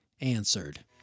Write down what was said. answered